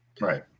Right